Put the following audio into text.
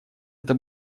это